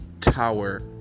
tower